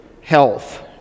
health